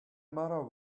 matter